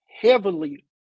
heavily